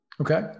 Okay